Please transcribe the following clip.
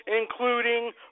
including